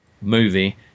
movie